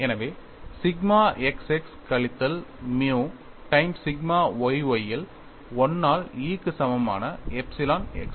எனவே sigma x x கழித்தல் mu time sigma y y இல் 1 ஆல் E க்கு சமமான எப்சிலன் x x